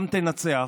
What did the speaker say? גם תנצח,